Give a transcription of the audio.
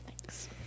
Thanks